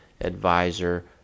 advisor